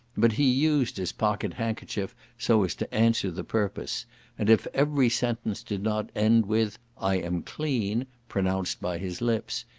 but he used his pocket-handkerchief so as to answer the purpose and if every sentence did not end with i am clean, pronounced by his lips,